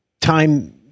time